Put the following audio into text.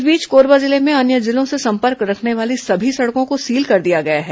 इस बीच कोरबा जिले में अन्य जिलों से संपर्क रखने वाली सभी सड़कों को सील कर दिया गया है